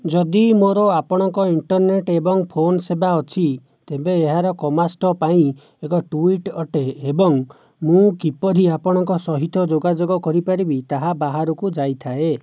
ଯଦି ମୋର ଆପଣଙ୍କ ଇଣ୍ଟରନେଟ୍ ଏବଂ ଫୋନ ସେବା ଅଛି ତେବେ ଏହା କମାଷ୍ଟ ପାଇଁ ଏକ ଟ୍ୱିଟ୍ ଅଟେ ଏବଂ ମୁଁ କିପରି ଆପଣଙ୍କ ସହିତ ଯୋଗାଯୋଗ କରିପାରିବି ତାହା ବାହାରକୁ ଯାଇଥାଏ